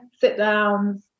sit-downs